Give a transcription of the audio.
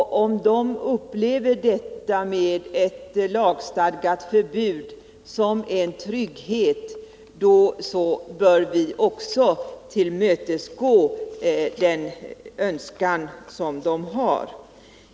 Om de upplever ett lagstadgat förbud som en trygghet, bör vi också tillmötesgå deras önskan.